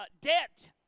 debt